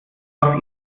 schoss